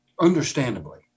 understandably